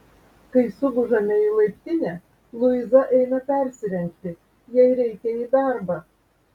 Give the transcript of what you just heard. kai sugužame į laiptinę luiza eina persirengti jai reikia į darbą